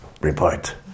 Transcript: Report